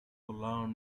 learn